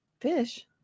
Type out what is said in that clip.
fish